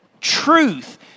truth